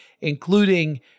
including